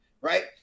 right